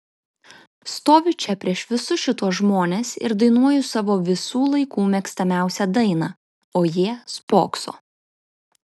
stoviu čia prieš visus šituos žmones ir dainuoju savo visų laikų mėgstamiausią dainą o jie spokso